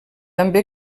també